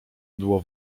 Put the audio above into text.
było